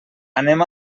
anem